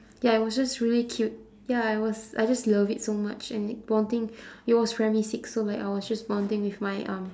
ya it was just really cute ya I was I just love it so much and like bonding it was primary six so like I was just bonding with my um